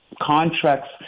contracts